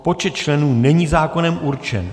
Počet členů není zákonem určen.